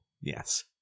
Yes